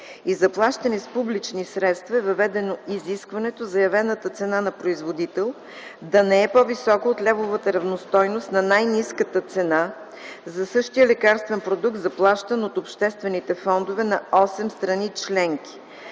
и заплащани с публични средства, е въведено изискването заявената цена на производител да не е по-висока от левовата равностойност на най-ниската цена за същия лекарствен продукт, заплащан от обществените фондове на 8 страни членки